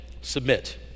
Submit